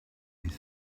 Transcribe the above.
his